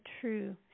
true